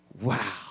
wow